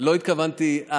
לא התכוונתי אליך,